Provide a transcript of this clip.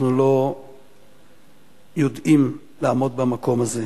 אנחנו לא יודעים לעמוד במקום הזה,